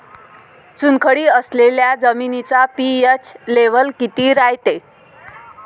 चुनखडी असलेल्या जमिनीचा पी.एच लेव्हल किती रायते?